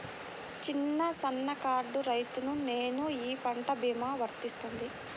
చిన్న సన్న కారు రైతును నేను ఈ పంట భీమా వర్తిస్తుంది?